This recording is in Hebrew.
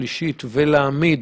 להעמיד